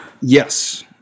Yes